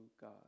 God